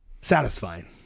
satisfying